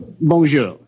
Bonjour